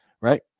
right